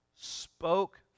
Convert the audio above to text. spoke